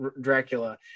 Dracula